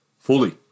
fully